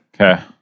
Okay